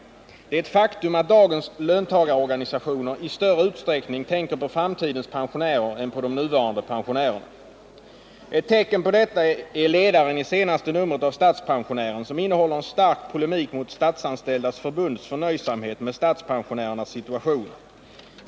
Det är ett faktum att dagens löntagarorganisationer i större utsträckning tänker på framtidens pensionärer än på de nuvarande pensionärerna. Ett tecken på detta är ledaren i senaste numret av Statspensionären, som innehåller en stark polemik mot Statsanställdas förbunds förnöjsamhet med statspensionärernas situation.